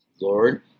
Lord